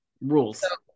Rules